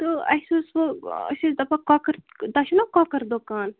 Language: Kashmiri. تہٕ اَسہِ اوس ہُہ أسۍ ٲسۍ دَپان کۄکٕر تۄہہِ چھُو نا کۄکَر دُکان